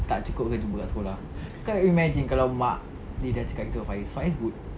tak cukup ke jumpa kat sekolah kau imagine kalau mak dia dah cakap gitu dekat faiz faiz would